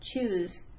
choose